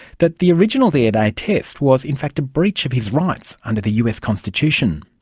that the original dna test was in fact a breach of his rights under the us constitution.